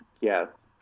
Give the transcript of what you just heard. Yes